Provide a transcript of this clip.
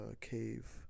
cave